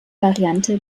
variante